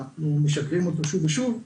אנחנו משדרים אותו שוב ושוב.